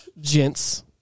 Gents